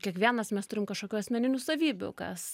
kiekvienas mes turim kažkokių asmeninių savybių kas